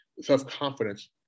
self-confidence